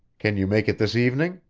can you make it this evening?